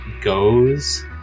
goes